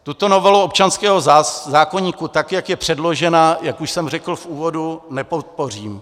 Tuto novelu občanského zákoníku, tak jak je předložena, jak už jsem řekl v úvodu, nepodpořím.